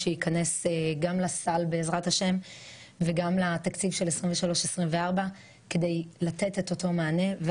שייכנס גם לסל בעזרת השם וגם לתקציב של 2023 2024 כדי לתת את אותו מענה.